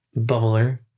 bubbler